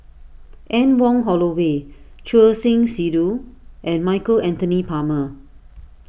Anne Wong Holloway Choor Singh Sidhu and Michael Anthony Palmer